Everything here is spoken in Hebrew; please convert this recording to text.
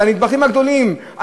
הנדבכים הגדולים,